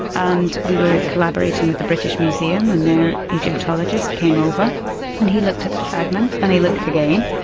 and we were collaborating with the british museum, and their egyptologist came over and he looked at the fragment and he looked again,